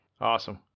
Awesome